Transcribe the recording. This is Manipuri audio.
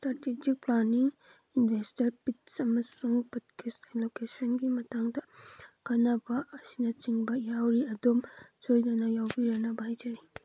thirty two planning invested piece ꯑꯃꯁꯨꯡ ꯂꯣꯀꯦꯁꯟꯒꯤ ꯃꯇꯥꯡꯗ ꯈꯟꯅꯕ ꯑꯁꯤꯅꯆꯤꯡꯕ ꯌꯥꯎꯔꯤ ꯑꯗꯣꯝ ꯁꯣꯏꯗꯅ ꯌꯥꯎꯕꯤꯔꯅꯕ ꯍꯥꯏꯖꯔꯤ